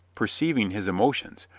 perceiving his emotions,